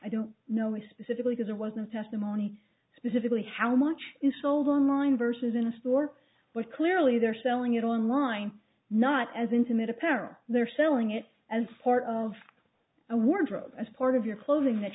i don't know why specifically because it wasn't testimony specifically how much is sold online versus in a store but clearly they're selling it online not as intimate apparel they're selling it as part of a wardrobe as part of your clothing that